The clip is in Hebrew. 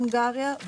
הונגריה,